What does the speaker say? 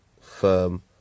firm